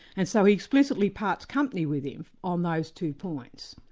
and so he explicitly parts company with him on those two points.